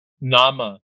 Nama